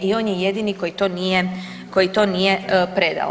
I on je jedini koji to nije predao.